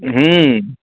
हूँ